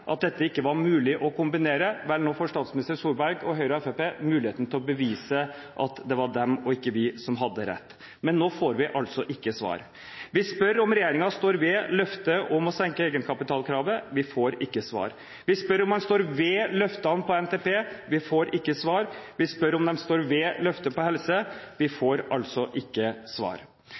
at dette ikke hang sammen, at dette ikke var mulig å kombinere. Nå får statsminister Solberg – Høyre og Fremskrittspartiet – muligheten til å bevise at det var de og ikke vi som hadde rett. Men nå får vi ikke svar. Vi spør om regjeringen står ved løftet om å senke egenkapitalkravet – vi får ikke svar. Vi spør om den står ved løftene i forbindelse med NTP – vi får ikke svar. Vi spør om den står ved løftet på helseområdet – vi får ikke svar.